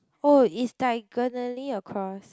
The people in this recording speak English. oh is diagonally across